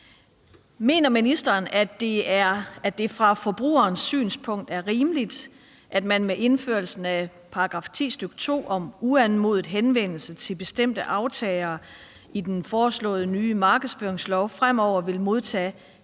Mener ministeren, at det fra forbrugerens synspunkt er rimeligt, at man med indførelsen af § 10, stk. 2, om uanmodet henvendelse til bestemte aftagere i den foreslåede nye markedsføringslov fremover vil modtage endnu flere